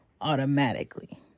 automatically